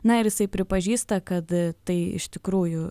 na ir jisai pripažįsta kad tai iš tikrųjų